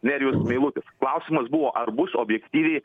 nerijus meilutis klausimas buvo ar bus objektyviai